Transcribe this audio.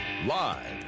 Live